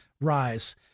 rise